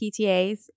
PTAs